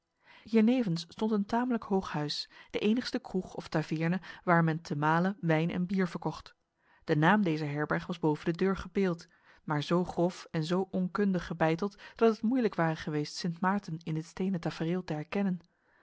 hiernevens stond een tamelijk hoog huis de enigste kroeg of taveerne waar men te male wijn en bier verkocht de naam dezer herberg was boven de deur gebeeld maar zo grof en zo onkundig gebeiteld dat het moeilijk ware geweest sint maarten in dit stenen tafereel te herkennen